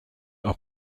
are